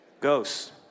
ghosts